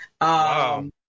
Wow